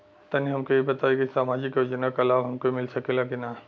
तनि हमके इ बताईं की सामाजिक योजना क लाभ हमके मिल सकेला की ना?